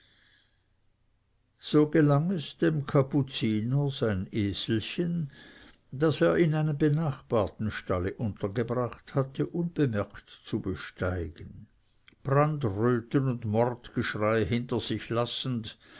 so gelang es dem kapuziner sein eselchen das er in einem benachbarten stalle untergebracht hatte unbemerkt zu besteigen brandröten und mordgeschrei hinter sich lassend